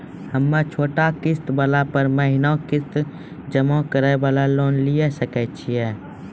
हम्मय छोटा किस्त वाला पर महीना किस्त जमा करे वाला लोन लिये सकय छियै?